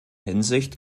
hinsicht